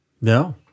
No